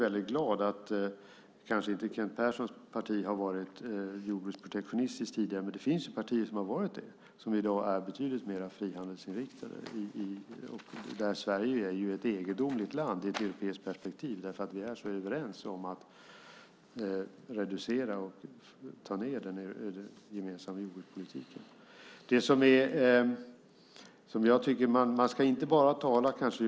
Kent Perssons parti kanske inte har varit jordbruksprotektionistiskt tidigare, men det finns ju partier som har varit det, och jag är väldigt glad över att de i dag är betydligt mer frihandelsinriktade. Där är ju Sverige ett egendomligt land ur ett europeiskt perspektiv, därför att vi är så överens om att reducera och få ned den gemensamma jordbrukspolitiken. Man kanske inte bara ska tala om u-länderna när det gäller jordbrukspolitiken.